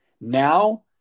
Now